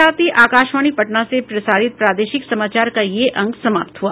इसके साथ ही आकाशवाणी पटना से प्रसारित प्रादेशिक समाचार का ये अंक समाप्त हुआ